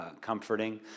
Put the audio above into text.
comforting